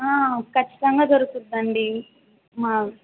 ఆ ఖచ్చితంగా దొరుకుందండి మా